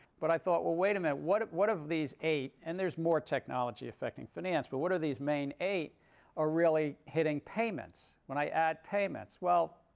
but i thought, well, wait a minute. what what of these eight and there's more technology affecting finance but what are these main eight are really hitting payments, when i add payments. well,